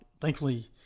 thankfully—